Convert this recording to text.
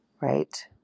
right